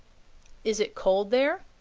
is it cold there?